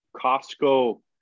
Costco